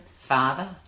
father